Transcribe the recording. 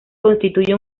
constituye